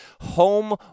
home